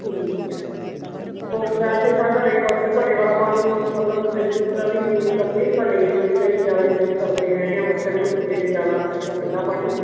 ਠੀਕ ਹੈ ਹੋਰ ਵੈਸੇ ਤਾਂ ਘਰ ਬਸ ਘੜੇ ਵਾਲਾ ਪਾਣੀ ਮਤਲਬ ਫਰਿੱਜ ਫਰੁੱਜ ਦਾ ਵੀ ਨਹੀਂ ਯੂਜ਼ ਕਰਦੇ ਘੜੇ ਦਾ ਹੀ ਜ਼ਿਆਦਾ ਯੂਜ਼ ਕਰਦੇ ਹੈਗੇ ਹਾਂ ਬੱਚਿਆਂ ਨੂੰ ਵੀ ਦਿੰਦੇ ਨਹੀਂ ਜ਼ਿਆਦਾ ਠੰਡਾ ਪਾਣੀ